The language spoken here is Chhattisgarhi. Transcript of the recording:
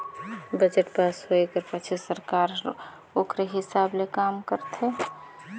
बजट पास होए कर पाछू सरकार हर ओकरे हिसाब ले काम करथे